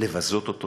לבזות אותו